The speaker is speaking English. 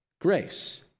grace